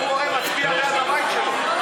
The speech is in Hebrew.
הוא היה מצביע ליד הבית שלו.